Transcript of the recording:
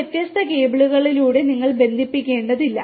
വ്യത്യസ്ത കേബിളുകളിലൂടെ നിങ്ങൾ ബന്ധിപ്പിക്കേണ്ടതില്ല